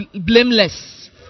blameless